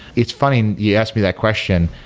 it's funny you asked me that question.